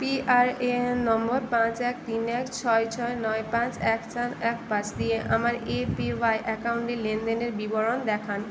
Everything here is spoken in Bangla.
P R A N number পাঁচ এক তিন এক ছয় ছয় নয় পাঁচ এক চার এক পাঁচ দিয়ে আমার এ পি ওয়াই অ্যাকাউন্টের লেনদেনের বিবরণ দেখান